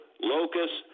locusts